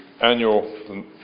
annual